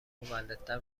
مولدتر